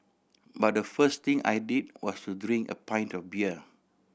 but the first thing I did was to drink a pint of beer